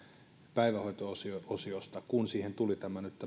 päivähoito osiosta kun siihen tuli nyt tämä aktiivimallilinkki kun